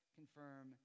confirm